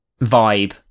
vibe